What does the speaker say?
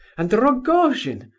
and rogojin!